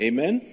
Amen